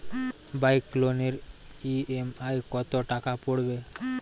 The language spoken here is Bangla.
বাইক লোনের ই.এম.আই কত টাকা পড়বে?